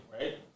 right